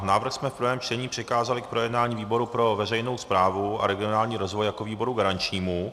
Návrh jsme v prvém čtení přikázali k projednání výboru pro veřejnou správu a regionální rozvoj jako výboru garančnímu.